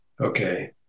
Okay